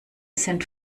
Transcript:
sind